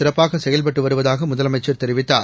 சிறப்பாக செயல்பட்டு வருவதாக முதலமைச்சர் தெரிவித்தார்